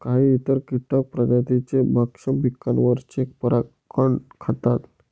काही इतर कीटक प्रजातींचे भक्षक पिकांवरचे परागकण खातात